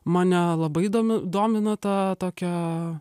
mane labai domi domina ta tokia